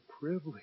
privilege